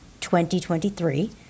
2023